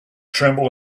tremble